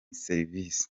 serivisi